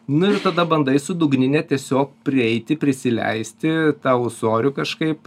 nu ir tada bandai su dugnine tiesiog prieiti prisileisti tą ūsorių kažkaip